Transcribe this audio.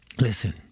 listen